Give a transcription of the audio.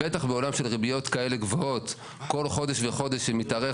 בטח בעולם של ריביות כאלה גבוהות כל חודש וחודש שמתארך